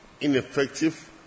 ineffective